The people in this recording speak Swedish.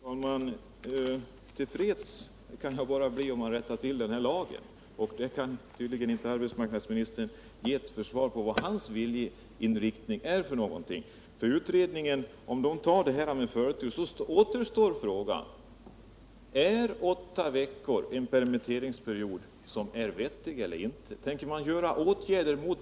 Herr talman! Till freds kan jag bli bara om man rättar till denna lag. Arbetsmarknadsministern kan tydligen inte tala om vilken viljeinriktning han har. Även om utredningen behandlar ärendet med förtur återstår frågan: Äråtta veckor en vettig permitteringsperiod? Tänker utredningen vidta några åtgärder?